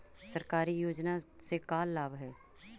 सरकारी योजना से का लाभ है?